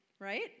right